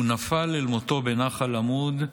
הוא נפל אל מותו בנחל עמוד,